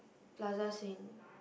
Plaza-Sing